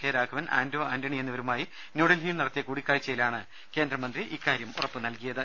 K Raghavan Anto Antony എന്നിവരുമായി ന്യൂഡൽഹിയിൽ നടത്തിയ കൂടിക്കാഴ്ചയിലാണ് മന്ത്രി ഇക്കാര്യം ഉറപ്പുനൽകിയത്